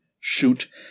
shoot